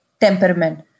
temperament